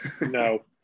no